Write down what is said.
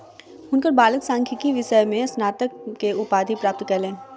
हुनकर बालक सांख्यिकी विषय में स्नातक के उपाधि प्राप्त कयलैन